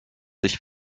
sich